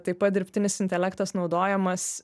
taip pat dirbtinis intelektas naudojamas